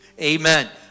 Amen